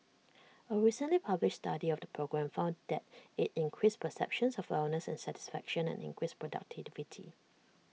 A recently published study of the program found that IT increased perceptions of wellness and satisfaction and increased productivity